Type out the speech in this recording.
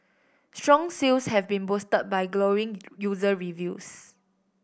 strong sales have been boosted by glowing user reviews